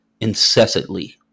incessantly